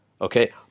okay